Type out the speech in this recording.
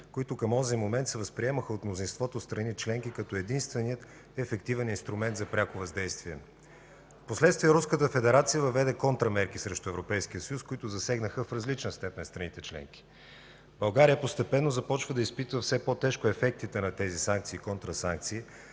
които към онзи момент се възприемаха от мнозинството страни членки като единствения ефективен инструмент за пряко въздействие. Впоследствие Руската федерация въведе контрамерки срещу Европейския съюз, които засегнаха в различна степен страните членки. България постепенно започва да изпитва все по-тежко ефектите на тези санкции и контрасанкции,